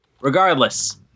regardless